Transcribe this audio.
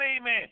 amen